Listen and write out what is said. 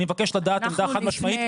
אני מבקש לדעת עמדה חד משמעית,